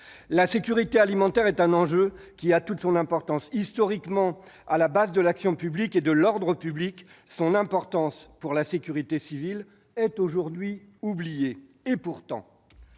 La sécurité alimentaire est un enjeu de premier plan. Historiquement à la base de l'action publique et de l'ordre public, son importance pour la sécurité civile est aujourd'hui oubliée. Pourtant,